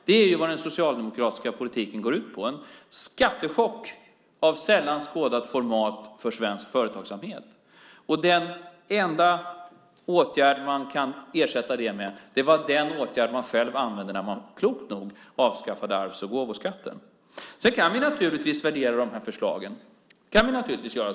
Det är vad den socialdemokratiska politiken går ut på - en skattechock av sällan skådat format för svensk företagsamhet. Den enda åtgärd man kan ersätta det med är den åtgärd man själv använde när man klokt nog avskaffade arvs och gåvoskatten. Sedan kan vi naturligtvis värdera de här förslagen.